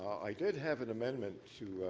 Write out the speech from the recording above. i did have an amendment to